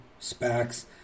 SPACs